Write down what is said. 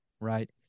right